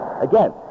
Again